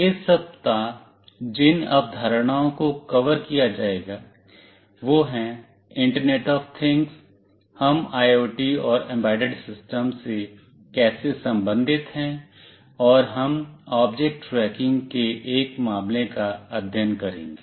इस सप्ताह जिन अवधारणाओं को कवर किया जाएगा वह है इंटरनेट ऑफ थिंग्स हम आईओटी और एम्बेडेड सिस्टम से कैसे संबंधित हैं और हम ऑब्जेक्ट ट्रैकिंग के एक मामले का अध्ययन करेंगे